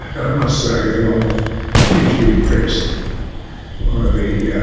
and i must say that i'm hugely impressed by the yeah